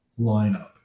lineup